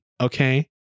okay